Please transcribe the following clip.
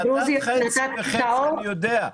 אני יודע.